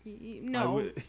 No